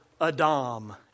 Adam